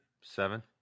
Seven